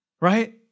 Right